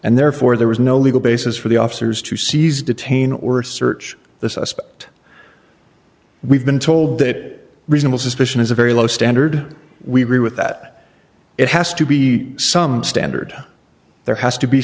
and therefore there was no legal basis for the officers to seize detain or search the suspect we've been told that reasonable suspicion is a very low standard we agree with that it has to be some standard there has to be